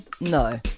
no